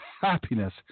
happiness